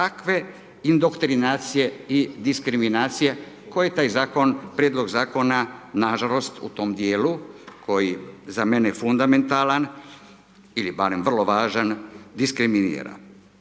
takve indoktrinacije i diskriminacije koje taj Zakon, Prijedlog Zakona, nažalost, u tome dijelu, koji je za mene fundamentalan ili barem vrlo važan, diskriminira,